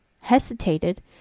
hesitated